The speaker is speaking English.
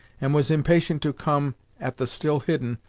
and was impatient to come at the still hidden,